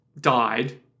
died